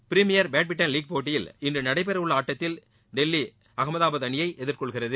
premier badminton league போட்டியில் இன்று நடைபெற உள்ள ஆட்டத்தில் டெல்லி அகமதாபாத் அணியை எதிர்கொள்கிறது